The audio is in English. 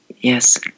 Yes